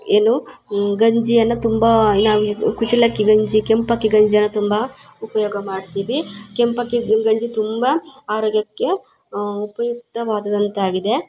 ಏನು ಗಂಜಿಯನ್ನು ತುಂಬ ನಾವು ಯೂಸ್ ಕುಚಲಕ್ಕಿ ಗಂಜಿ ಕೆಂಪಕ್ಕಿ ಗಂಜಿಯನ್ನು ತುಂಬ ಉಪಯೋಗ ಮಾಡ್ತಿವಿ ಕೆಂಪಕ್ಕಿ ಗಂಜಿ ತುಂಬ ಆರೋಗ್ಯಕ್ಕೆ ಉಪಯುಕ್ತವಾದುದಂತಾಗಿದೆ